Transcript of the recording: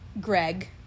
Greg